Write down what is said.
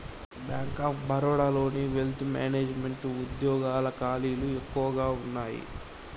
bank of బరోడాలోని wealth management వుద్యోగాల ఖాళీలు ఎక్కువగా వున్నయ్యి